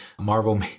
Marvel